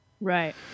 Right